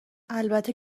البته